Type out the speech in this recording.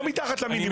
לא מתחת למינימום.